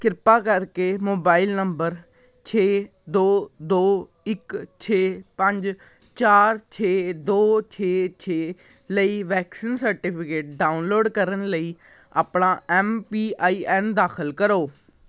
ਕਿਰਪਾ ਕਰਕੇ mobile number ਛੇ ਦੋ ਦੋ ਇੱਕ ਛੇ ਪੰਜ ਚਾਰ ਛੇ ਦੋ ਛੇ ਛੇ ਲਈ ਵੈਕਸੀਨ ਸਰਟੀਫਿਕੇਟ ਡਾਊਨਲੋਡ ਕਰਨ ਲਈ ਆਪਣਾ ਐਮ ਪੀ ਆਈ ਐਨ ਦਾਖਲ ਕਰੋ